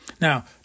Now